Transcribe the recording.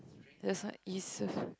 that's why easo~